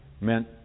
meant